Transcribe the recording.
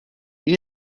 این